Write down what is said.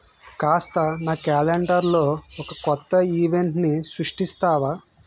కాస్త నా క్యాలెండర్లో ఒక కొత్త ఈవెంట్ని సృష్టిస్తావా